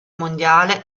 mondiale